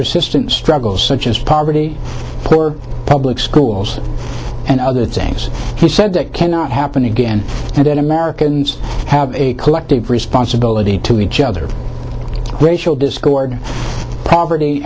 persistent struggles such as poverty poor public schools and other things he said that cannot happen again and in americans a collective responsibility to each other racial dischord property